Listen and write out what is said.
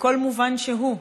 בכל מובן שהוא.